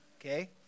okay